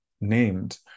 named